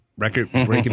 Record-breaking